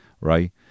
right